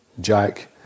Jack